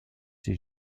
des